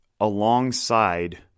alongside